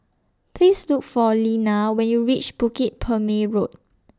Please Look For Leana when YOU REACH Bukit Purmei Road